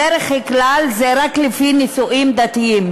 בדרך כלל הם רק לפי נישואים דתיים,